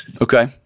Okay